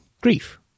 grief